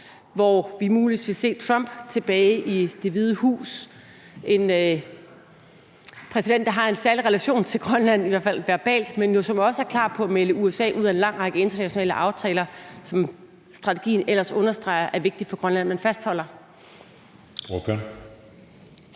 hvor vi muligvis vil se Trump tilbage i Det Hvide Hus – en præsident, der har en særlig relation til Grønland, i hvert fald verbalt, men som jo også er klar til at melde USA ud af en lang række internationale aftaler, som strategien ellers understreger det er vigtigt for Grønland at man fastholder?